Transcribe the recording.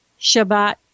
Shabbat